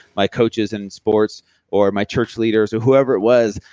my coaches and sports or my church leaders, or whoever it was,